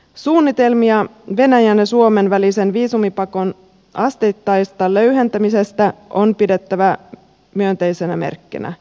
suunnitelmia venäjän ja suomen välisen viisumipakon asteittaisesta löyhentämisestä on pidettävä myönteisenä merkkinä